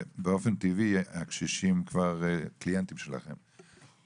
באופן טבעי הקשישים כבר קליינטים שלכם.